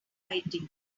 fighting